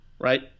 Right